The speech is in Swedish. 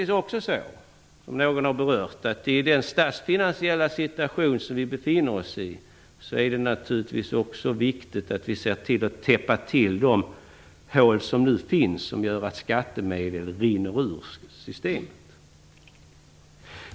Som någon har berört är det naturligtvis i den statsfinansiella situation som vi befinner oss i också viktigt att täppa till de hål genom vilka skattemedel nu rinner ut ur systemet.